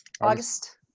August